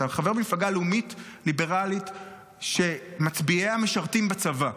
אתה חבר מפלגה לאומית ליברלית שמצביעיה משרתים בצבא.